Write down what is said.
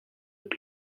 lub